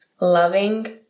loving